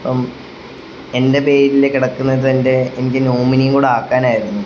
അപ്പം എൻ്റെ പേരിലെ കിടക്കുന്നതിൻ്റെ എനിക്ക് നോമിനിയും കൂടെ ആക്കാനായിരുന്നു